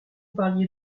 parliez